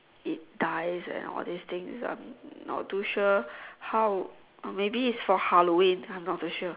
it dies and all this things I'm not too sure how maybe it's for Halloween I'm not too sure